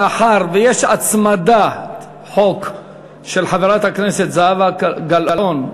מאחר שיש הצמדת חוק של חברת הכנסת זהבה גלאון,